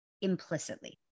implicitly